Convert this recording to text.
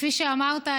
כפי שאמרת,